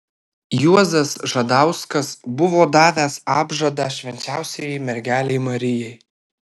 juozas žadauskas buvo davęs apžadą švenčiausiajai mergelei marijai